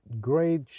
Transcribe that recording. great